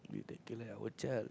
we tackle like our child